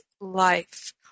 life